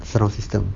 surround system